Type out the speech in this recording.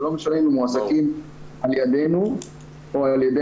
וזה לא משנה אם הם מועסקים על ידינו או על ידי